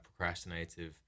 procrastinative